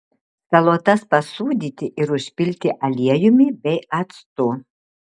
salotas pasūdyti ir užpilti aliejumi bei actu